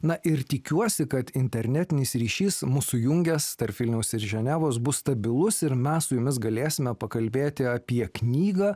na ir tikiuosi kad internetinis ryšys mus sujungęs tarp vilniaus ir ženevos bus stabilus ir mes su jumis galėsime pakalbėti apie knygą